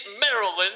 Maryland